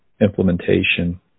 implementation